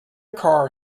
car